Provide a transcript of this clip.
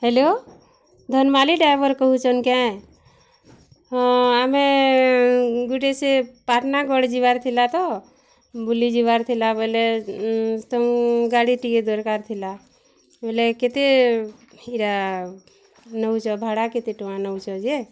hello Dhanmali driver କହୁଚନ୍ କେଁ ହଁ ଆମେ ଗୁଟେ ସେ ପାଟ୍ନାଗଡ଼୍ ଯିବାର୍ଥିଲା ତ ବୁଲିଯିବାର୍ ଥିଲା ବୋଲେ ତମ ଗାଡ଼ିଟିକେ ଦରକାର୍ ଥିଲା ବୋଲେ କେତେ ହିରା ନଉଚ ଭାଡ଼ା କେତେ ଟଙ୍କା ନଉଚ ଯେ